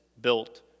built